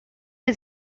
you